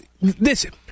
Listen